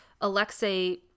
Alexei